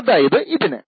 അതായതു ഇതിനെ